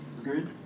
Agreed